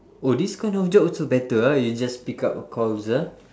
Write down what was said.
oh this kind of job also better ah you just pick up a calls ah